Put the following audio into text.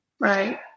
right